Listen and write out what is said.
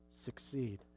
succeed